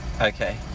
Okay